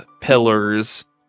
pillars